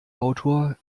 autor